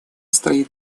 стоит